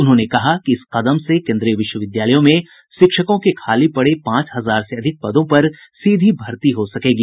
उन्होंने कहा कि इस कदम से केन्द्रीय विश्वविद्यालयों में शिक्षकों के खाली पड़े पांच हजार से अधिक पदों पर सीधी भर्ती हो सकेगी